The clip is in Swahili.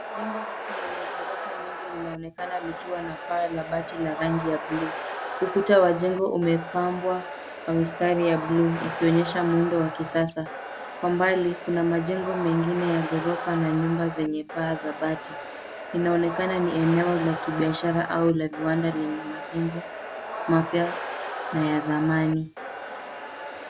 Jengo refu lenye ghorofa nyingi linaonekana likiwa na paa la bati la rangi ya blue . Ukuta wa jengo umepambwa kwa mistari ya blue ikionyesha muundo wa kisasa. Kwa mbali kuna majengo mengine ya ghorofa na nyumba zenye paa za bati. Inaonekana ni eneo la kibiashara au la viwanda lenye majengo mapya na ya zamani.